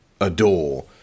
adore